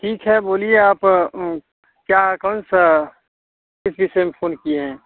ठीक है बोलिए आप क्या कौन सा किस सिलसिले में फोन किए हैं